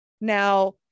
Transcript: now